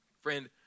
Friend